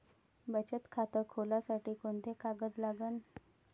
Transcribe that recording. बचत खात खोलासाठी कोंते कागद लागन?